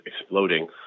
exploding